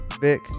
Vic